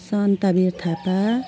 Santvir Thapa